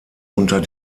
unter